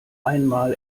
einmal